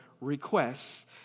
requests